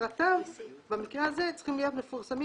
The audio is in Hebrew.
פרטיו במקרה הזה צריכים להיות מפורסמים